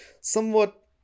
somewhat